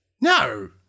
No